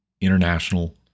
international